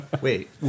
Wait